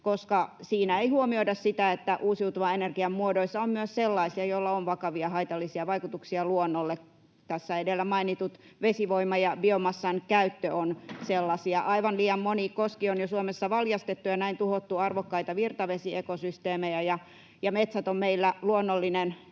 koska siinä ei huomioida sitä, että uusiutuvan energian muodoissa on myös sellaisia, joilla on vakavia haitallisia vaikutuksia luonnolle. Tässä edellä mainitut vesivoima ja biomassa ovat sellaisia. Aivan liian moni koski on jo Suomessa valjastettu ja näin on tuhottu arvokkaita virtavesiekosysteemejä. Metsät ovat meillä rajallinen